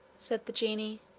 said the genie.